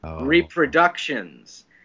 reproductions